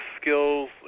skills